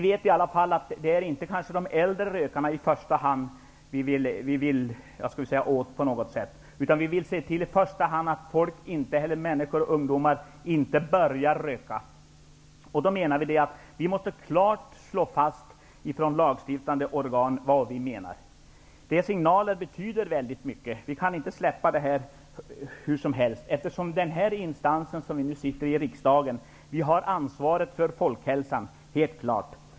Det är inte i första hand de äldre rökarna som vi så att säga vill komma åt, utan vi vill i första hand se till så att ungdomar och andra inte börjar röka. Vi i de lagstiftande organen måste klart slå fast vad vi menar. Signaler betyder väldigt mycket. Vi kan inte släppa det här hur som helst. Den instans vi sitter i, riksdagen, har helt klart ansvar för folkhälsan.